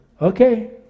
Okay